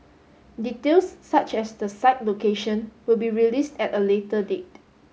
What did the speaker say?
details such as the site location will be released at a later date